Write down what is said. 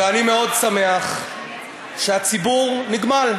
ואני מאוד שמח שהציבור נגמל,